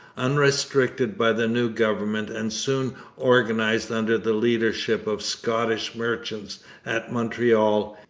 unrestricted by the new government and soon organized under the leadership of scottish merchants at montreal,